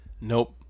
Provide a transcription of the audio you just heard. Nope